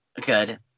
good